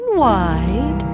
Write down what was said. wide